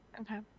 okay